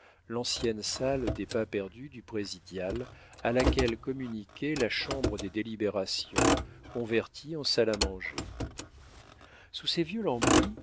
l'ancienne salle des pas-perdus du présidial à laquelle communiquait la chambre des délibérations convertie en salle à manger sous ces vieux lambris